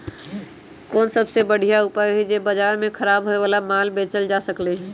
कोन सबसे बढ़िया उपाय हई जे से बाजार में खराब होये वाला माल बेचल जा सकली ह?